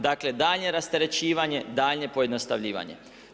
Dakle, daljnje rasterećivanje, daljnje pojednostavljivanje.